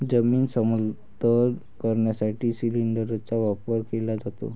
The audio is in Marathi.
जमीन समतल करण्यासाठी सिलिंडरचा वापर केला जातो